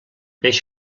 peix